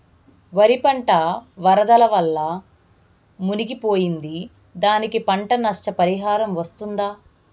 వరి పంట వరదల వల్ల మునిగి పోయింది, దానికి పంట నష్ట పరిహారం వస్తుందా?